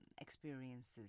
experiences